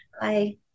Bye